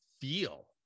feel